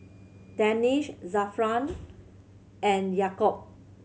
Danish Zafran and Yaakob